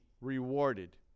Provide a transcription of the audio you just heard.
rewarded